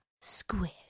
Squid